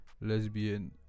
Lesbian